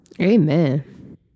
Amen